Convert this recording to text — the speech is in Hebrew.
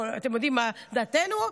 אתם יודעים מה דעתנו,